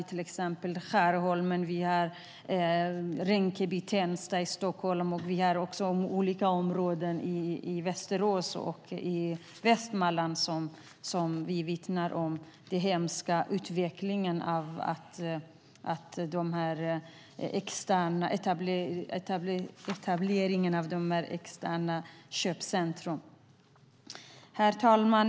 Till exempel Skärholmen och Rinkeby-Tensta i Stockholm och olika områden i Västerås och Västmanland vittnar om den hemska utvecklingen med etablering av externa köpcentrum. Herr talman!